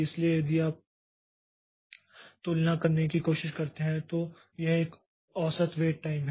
इसलिए यदि आप तुलना करने की कोशिश करते हैं तो यह औसत वेट टाइम है